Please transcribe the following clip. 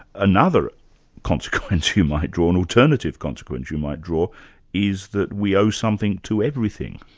another consequence you might draw, an alternative consequence you might draw is that we owe something to everything.